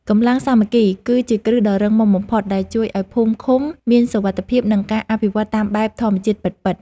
កម្លាំងសាមគ្គី គឺជាគ្រឹះដ៏រឹងមាំបំផុតដែលជួយឱ្យភូមិឃុំមានសុវត្ថិភាព និងការអភិវឌ្ឍតាមបែបធម្មជាតិពិតៗ។